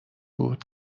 بود